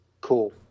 cool